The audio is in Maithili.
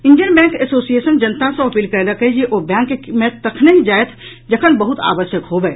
इंडियन बैंक एसोसिएशन जनता सँ अपील कयलक अछि जे ओ बैंक मे तखनहि जायथ जखन बहुत आवश्यक होबय